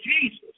Jesus